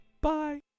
Bye